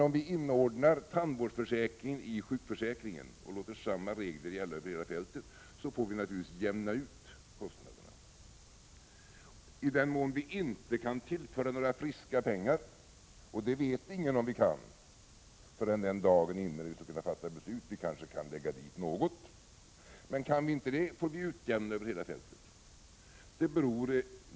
Om vi inordnar tandvårdsförsäkringen i sjukförsäkringen och låter samma regler gälla över hela fältet får vi naturligtvis jämna ut kostnaderna, i den mån vi inte kan tillföra några friska pengar, och det vet ingen om vi kan förrän den dagen är inne då vi kan fatta beslut. Vi kanske kan lägga dit något, men om vi inte kan det får vi utjämna över hela fältet.